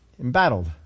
embattled